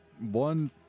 one